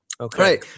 Okay